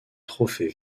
trophée